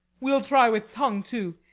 we'll try with tongue too.